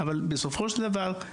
אבל בסופו של דבר,